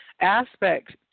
aspects